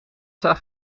zag